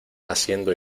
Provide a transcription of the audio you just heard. haciendo